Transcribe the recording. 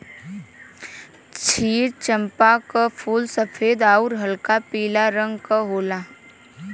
क्षीर चंपा क फूल सफेद आउर हल्का पीला रंग क होला